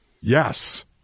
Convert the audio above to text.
yes